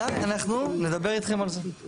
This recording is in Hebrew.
גיא, אנחנו נדבר אתכם על זה.